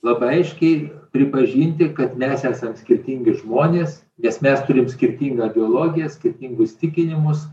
labai aiškiai pripažinti kad mes esam skirtingi žmonės nes mes turim skirtingą biologiją skirtingus įsitikinimus